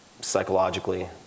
psychologically